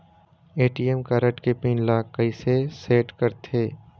ATM card के PIN ला कैसे सेट करथे?